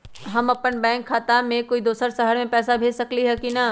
हम अपन बैंक खाता से कोई दोसर शहर में पैसा भेज सकली ह की न?